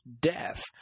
death